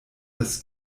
des